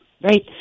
Right